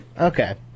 Okay